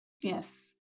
Yes